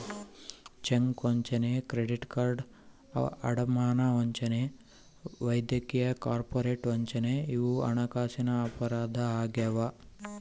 check ವಂಚನೆ credit card ಅಡಮಾನ ವಂಚನೆ ವೈದ್ಯಕೀಯ ಕಾರ್ಪೊರೇಟ್ ವಂಚನೆ ಇವು ಹಣಕಾಸಿನ ಅಪರಾಧ ಆಗ್ಯಾವ